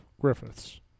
Griffiths